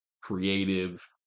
creative